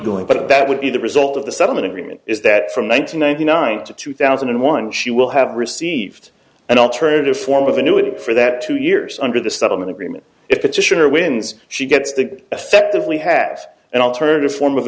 but that would be the result of the settlement agreement is that from one thousand nine hundred nine to two thousand and one she will have received an alternative form of annuity for that two years under the settlement agreement if it's a sure wins she gets that effect if we have an alternative form of